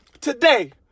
today